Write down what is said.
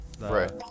right